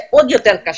זה עוד יותר קשה.